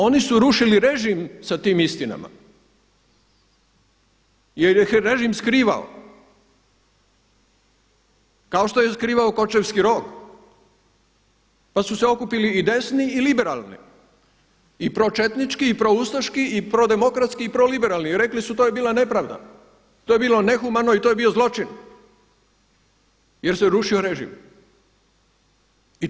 Oni su rušili režim sa tim istinama jer ih je režim skrivao kao što je skrivao Kočevski rog, pa su se okupili i desni i liberalni i pročetnički, i proustaški, i prodemokratski i proliberalni i rekli su to je bila nepravda, to je bilo nehumano i to je bio zločin jer se rušio režim.